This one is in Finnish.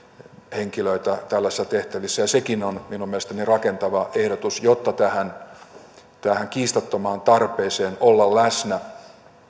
henkilöitä tällaisissa tehtävissä sekin on minun mielestäni rakentava ehdotus jotta tähän tähän kiistattomaan tarpeeseen olla läsnä